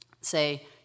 say